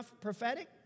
prophetic